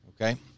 okay